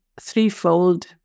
threefold